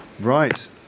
Right